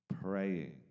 Praying